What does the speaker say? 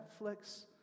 Netflix